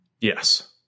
Yes